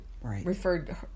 referred